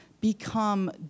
become